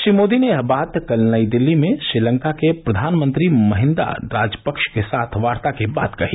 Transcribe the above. श्री मोदी ने यह बात कल नई दिल्ली में श्रीलंका के प्रधानमंत्री महिंदा राजपक्ष के साथ वार्ता के बाद कही